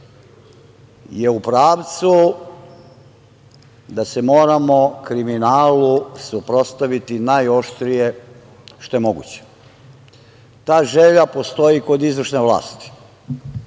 je u pravcu da se moramo kriminalu suprotstaviti najoštrije što je moguće. Ta želja postoji i kod izvršne